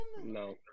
No